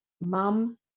mum